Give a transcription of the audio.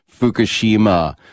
Fukushima